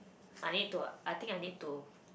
I need to I think I need to